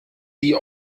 die